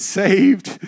saved